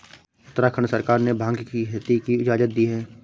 उत्तराखंड सरकार ने भाँग की खेती की इजाजत दी है